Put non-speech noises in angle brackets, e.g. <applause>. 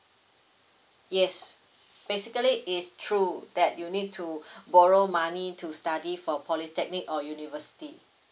yes basically it's true that you need to <breath> borrow money to study for polytechnic or university